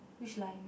which line